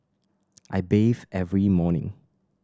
I bathe every morning